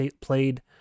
played